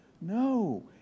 no